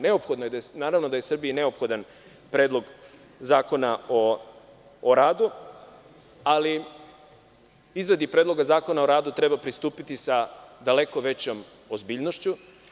Naravno da je Srbiji neophodan Predlog zakona o radu, ali izradi Predloga zakona o radu treba pristupiti sa daleko većom ozbiljnošću.